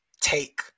take